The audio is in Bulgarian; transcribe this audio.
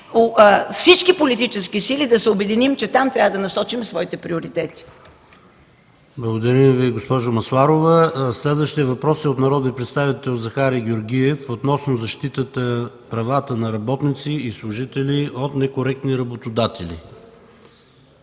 всички политически сили да се обединим, че там трябва да насочим своите приоритети.